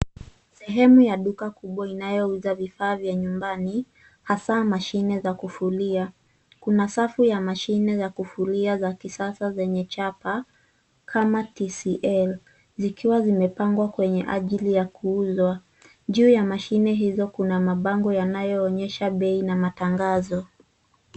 Sehemu ya duka kubwa inayo uza vifaa vya nyumbani, hasaa mashine za kufulia. Kuna safu ya mashine ya kufulia za kisasa zenye chapa kama TCL, zikiwa zimepangwa kwenye ajili ya kuuzwa. Juu ya mashine hizo kuna mabango yanayo onyesha bei na matangazo.